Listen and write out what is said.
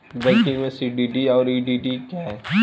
Banking में CDD और EDD क्या हैं?